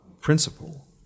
principle